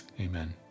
Amen